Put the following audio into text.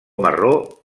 marró